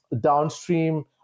downstream